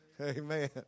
Amen